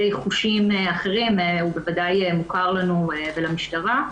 חושים אחרים בוודאי מוכר לנו ולמשטרה.